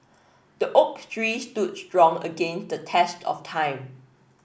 the oak tree stood strong against the test of time